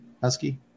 husky